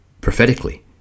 Prophetically